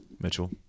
Mitchell